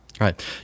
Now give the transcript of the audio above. Right